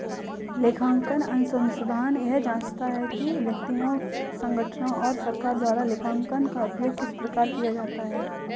लेखांकन अनुसंधान यह जाँचता है कि व्यक्तियों संगठनों और सरकार द्वारा लेखांकन का उपयोग किस प्रकार किया जाता है